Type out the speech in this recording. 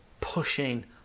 pushing